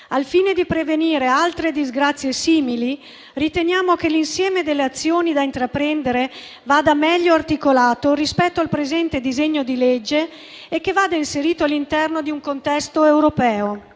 Al fine di prevenire altre disgrazie simili, riteniamo che l'insieme delle azioni da intraprendere vada meglio articolato rispetto al presente disegno di legge e che vada inserito all'interno di un contesto europeo.